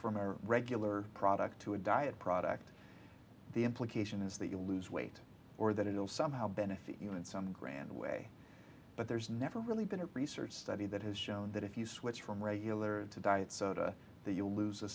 from our regular product to a diet product the implication is that you lose weight or that it will somehow benefit you in some grand way but there's never really been a research study that has shown that if you switch from regular to diet soda that you lose a